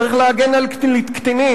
צריך להגן על קטינים.